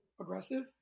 aggressive